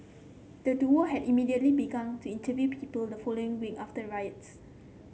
the duo had immediately began to interview people the following week after riots